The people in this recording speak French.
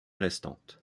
restante